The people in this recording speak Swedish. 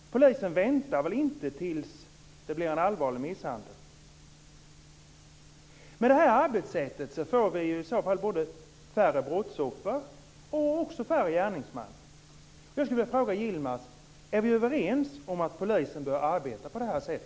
Polisen väntar väl inte tills det blir en allvarlig misshandel? Med detta arbetssättet får vi i så fall både färre brottsoffer och färre gärningsmän. Jag skulle vilja fråga Yilmaz Kerimo: Är vi överens om att polisen bör arbeta på detta sätt?